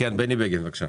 כן, בני בגין, בבקשה.